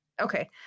Okay